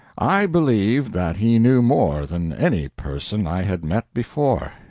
i believed that he knew more than any person i had met before,